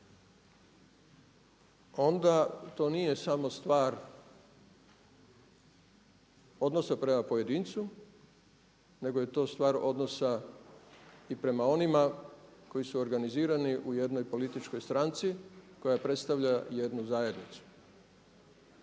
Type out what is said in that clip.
onda to nije samo stvar odnosa prema pojedincu nego je to stvar odnosa i prema onima koji su organizirani u jednoj političkoj stranci koja predstavlja jednu zajednicu.